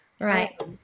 right